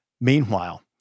Meanwhile